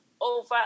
over